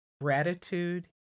Gratitude